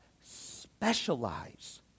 specialize